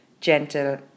gentle